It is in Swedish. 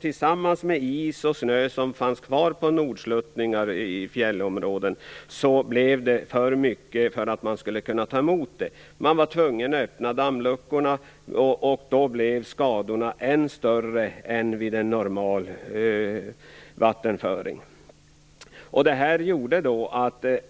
Tillsammans med den is och snö som fanns kvar på nordsluttningar i fjällområden blev det för mycket för att man skulle kunna ta emot smältvattnet. Man var tvungen att öppna dammluckorna, och då blev skadorna ännu större än vid en normal vattenföring. Detta gjorde att det